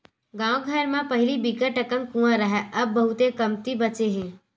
गाँव घर म पहिली बिकट अकन कुँआ राहय अब बहुते कमती बाचे हे